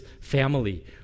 family